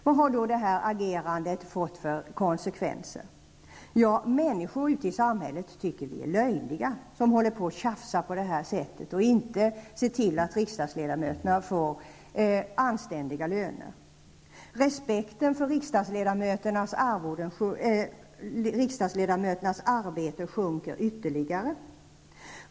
Vad har då detta agerande fått för konsekvenser? Människor ute i samhället tycker vi är löjliga som håller på och tjafsar på det här sättet och inte ser till att riksdagsledamöterna får anständiga löner. Respekten för riksdagsledamöternas arbete sjunker ytterligare.